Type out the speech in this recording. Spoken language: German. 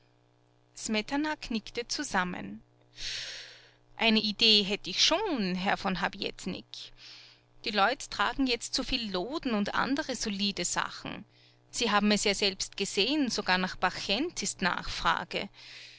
smetana knickte zusammen eine idee hätt ich schon herr von habietnik die leut tragen jetzt so viel loden und andere solide sachen sie haben es ja selbst gesehen sogar nach barchent ist nachfrage